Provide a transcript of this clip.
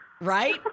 Right